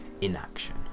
inaction